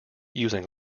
using